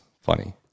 funny